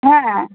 হ্যাঁ